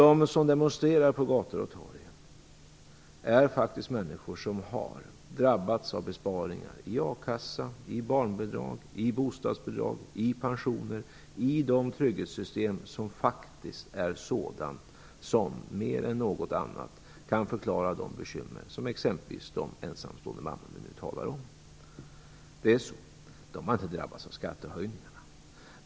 De som demonstrerar på gator och torg är faktiskt människor som har drabbats av besparingar i a-kassa, i barnbidrag, i bostadsbidrag, i pensioner, - besparingar i de trygghetssystem som faktiskt är sådant som mer än något annat kan förklara bekymren för exempelvis de ensamstående mammor som vi nu talar om. De har inte drabbats av skattehöjningarna.